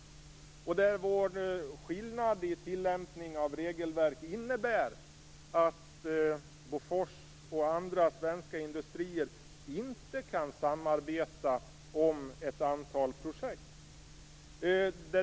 Skillnaden i tillämpningen av regelverket mellan Sverige och dessa länder innebär att Bofors och andra svenska industrier inte kan samarbeta om ett antal projekt.